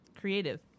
Creative